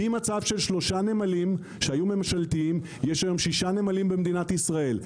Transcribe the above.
ממצב של 3 נמלים שהיו ממשלתיים יש היום 6 נמלים במדינת ישראל.